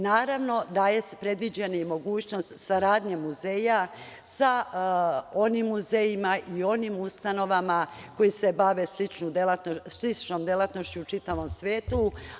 Naravno da je predviđena mogućnost saradnje muzeja sa onim muzejima i onim ustanovama koje se bave sličnom delatnošću u čitavom svetu.